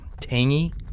Tangy